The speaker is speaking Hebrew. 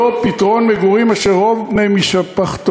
אותו פתרון מגורים אשר רוב בני משפחתו